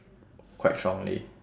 quite strongly